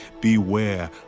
beware